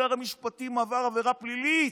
שר המשפטים עבר עבירה פלילית.